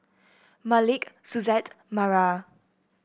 Malik Suzette Mara